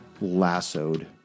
lassoed